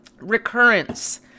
recurrence